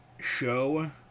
show